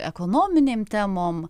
ekonominėm temom